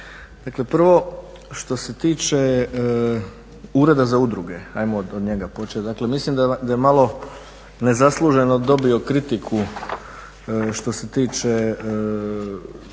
Dakle, prvo što se tiče Ureda za udruge, hajmo od njega početi. Dakle, mislim da je malo nezasluženo dobio kritiku što se tiče financijskih